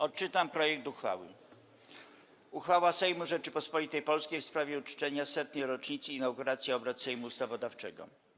Odczytam projekt uchwały: ”Uchwała Sejmu Rzeczypospolitej Polskiej w sprawie uczczenia 100. rocznicy inauguracji obrad Sejmu Ustawodawczego.